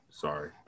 Sorry